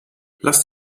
lass